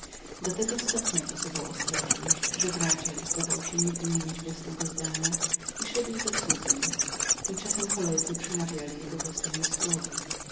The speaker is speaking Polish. do tego stopnia posuwał przezorność że w radzie zdawał się nigdy nie mieć własnego zdania i iść za cudzem tymczasem towarzysze przemawiali jego własnemi słowy